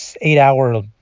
eight-hour